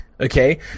okay